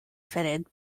fitted